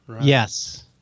Yes